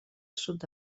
sud